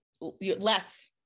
less